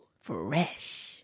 Fresh